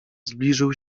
zbliżył